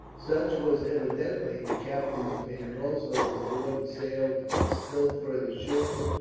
such was evidently the captain's opinion also, as he ordered sail to be still further shortened,